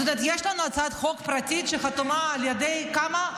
יש לנו הצעת חוק פרטית שחתומה, על ידי כמה?